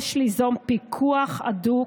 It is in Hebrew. יש ליזום פיקוח הדוק